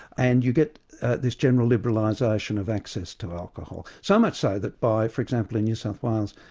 and you get this general liberalisation of access to alcohol. so much so, that by, for example in new south wales,